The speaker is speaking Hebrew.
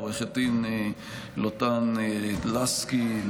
לעו"ד לוטן לסקי,